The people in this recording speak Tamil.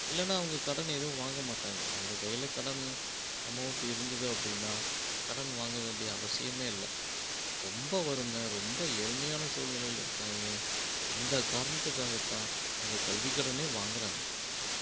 இல்லைனா அவங்க கடன் எதுவும் வாங்க மாட்டாங்க அவங்க கையில் கடன் அமௌன்ட் இருந்தது அப்படின்னா கடன் வாங்க வேண்டிய அவசியமே இல்லை ரொம்ப வறுமை ரொம்ப ஏழ்மையான சூழ்நிலையில் இருக்காங்க இந்த காரணத்துக்காகத்தான் அவங்க கல்வி கடனே வாங்குகிறாங்க